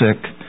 sick